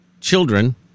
children